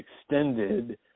extended